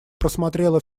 просмотрела